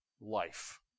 life